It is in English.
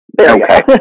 Okay